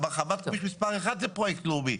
גם הרחבת כביש מס' 1 זה פרויקט לאומי.